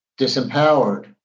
disempowered